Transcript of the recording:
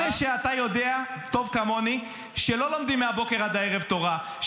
אלה שאתה יודע טוב כמוני שלא לומדים מהבוקר עד הערב תורה,